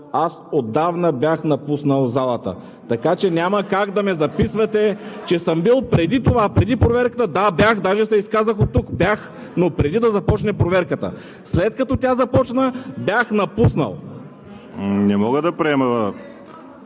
аз отдавна бях напуснал залата. Така че няма как да ме записвате, че съм бил преди това – преди проверката! Да, бях, даже се изказах оттук – бях, но преди да започне проверката. След като тя започна, бях напуснал! ПРЕДСЕДАТЕЛ